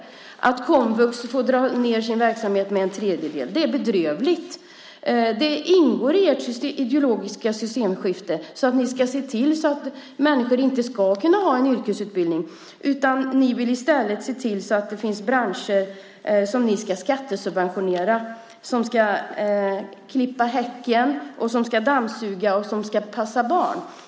Det är bedrövligt att komvux får dra ned sin verksamhet med en tredjedel. Det ingår i ert ideologiska systemskifte. Ni ska se till att människor inte ska kunna få en yrkesutbildning. Ni vill i stället se till att det finns branscher som ni ska skattesubventionera. De ska klippa häcken, dammsuga och passa barn.